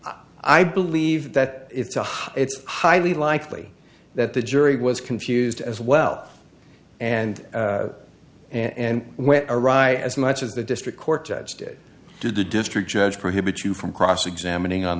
i believe that it's a it's highly likely that the jury was confused as well and and when i arrived as much as the district court judge did did the district judge prohibit you from cross examining on